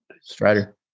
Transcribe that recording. Strider